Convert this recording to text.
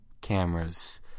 cameras